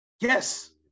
Yes